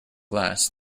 glass